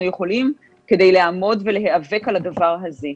יכולים כדי לעמוד ולהיאבק על הדבר הזה.